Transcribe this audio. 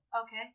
Okay